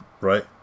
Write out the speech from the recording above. right